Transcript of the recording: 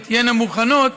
תהיינה מוכנות,